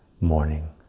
morning